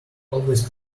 always